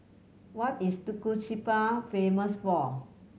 what is Tegucigalpa famous for